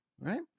right